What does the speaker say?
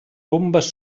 bombes